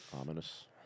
Ominous